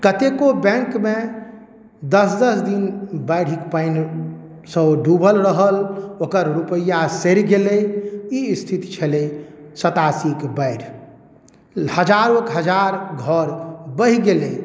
कतेको बैंकमे दस दस दिन बाढ़िक पानिसँ ओ डूबल रहल ओकर रूपैआ सड़ि गेलै ई स्थिति छलै सतासीके बाढ़ि हजारोके हजार घर बहि गेलै